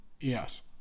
yes